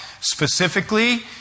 specifically